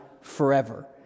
forever